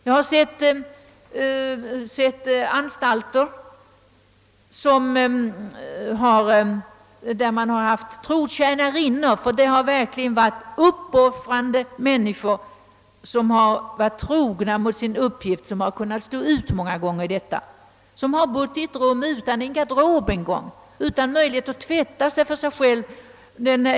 Jag har också sett anstalter där man har haft trotjänarinnor — det har verkligen varit fråga om uppoffrande män niskor som har varit så trogna mot sin uppgift att de har kunnat stå ut med förhållandena — vilka har bott i rum t.o.m. utan garderob och utan möjlighet att tvätta sig för sig själva.